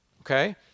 okay